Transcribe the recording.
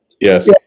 Yes